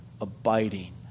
abiding